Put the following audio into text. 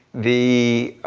the